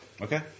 Okay